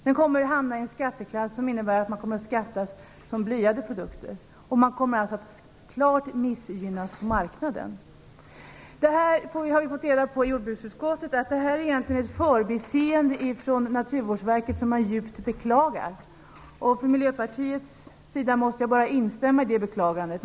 Den kommer att hamna i en skatteklass som innebär att den beskattas som blyade produkter. Den kommer alltså att klart missgynnas på marknaden. Vi har fått reda på i jordbruksutskottet att det här egentligen är ett förbiseende från Naturvårdsverket som man djupt beklagar. Från Miljöpartiets sida måste jag bara instämma i det beklagandet.